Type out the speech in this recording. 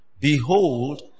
Behold